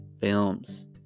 Films